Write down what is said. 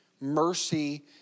mercy